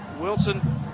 Wilson